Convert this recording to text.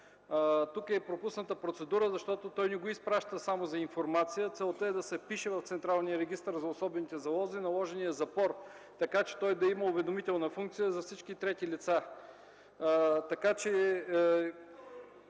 Тук е пропусната процедура, защото той не го изпраща само за информация. Целта е да се впише в Централния регистър на особените залози наложеният запор, така че той да има уведомителна функция за всички трети лица.